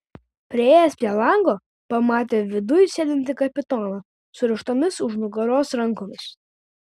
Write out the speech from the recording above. priėjęs prie lango pamatė viduj sėdintį kapitoną surištomis už nugaros rankomis